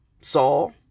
Saul